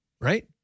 Right